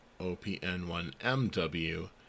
OPN1MW